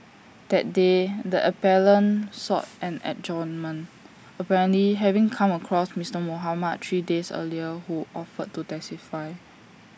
that day the appellant sought an adjournment apparently having come across Mister Mohamed three days earlier who offered to testify